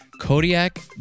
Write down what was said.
Kodiak